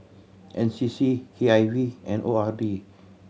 N C C K I V and O R D